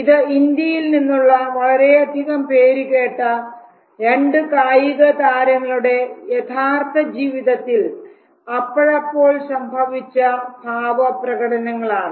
ഇത് ഇന്ത്യയിൽനിന്നുള്ള വളരെയധികം പേരുകേട്ട 2 കായികതാരങ്ങളുടെ യഥാർത്ഥ ജീവിതത്തിൽ അപ്പോഴപ്പോൾ സംഭവിച്ച ഭാവപ്രകടനങ്ങളാണ്